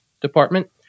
department